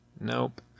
Nope